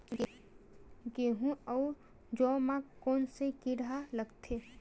गेहूं अउ जौ मा कोन से कीट हा लगथे?